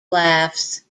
laughs